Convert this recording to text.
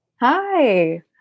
Hi